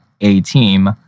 A-team